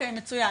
מצוין.